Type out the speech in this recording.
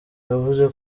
yavuze